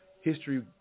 history